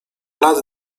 lat